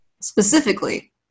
specifically